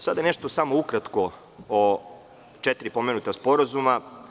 Sada nešto samo ukratko o četiri pomenuta sporazuma.